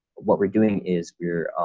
what we're doing is we're